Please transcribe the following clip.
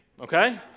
okay